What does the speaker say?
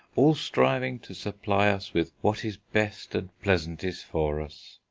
all striving to supply us with what is best and pleasantest for us.